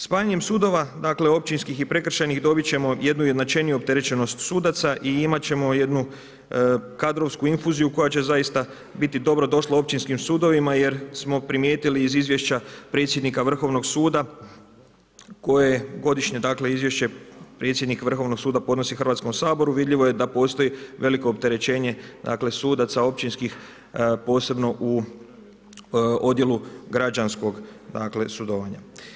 Spajanjem sudova općinskih i prekršajnih dobit ćemo jednu jednačeniju opterećenost sudaca i imat ćemo jednu kadrovsku infuziju koja će zaista biti dobrodošla općinskim sudovima jer smo primijetili iz izvješća predsjednika Vrhovnog suda, koje godišnje izvješće predsjednik Vrhovnog suda podnosi Hrvatskom saboru, vidljivo je da postoji veliko opterećenje sudaca općinskih, posebno u odjelu građanskog sudovanja.